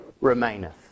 remaineth